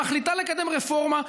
שמחליטה לקדם רפורמה.